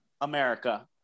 America